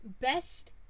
Best